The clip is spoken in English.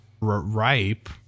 ripe